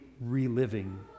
reliving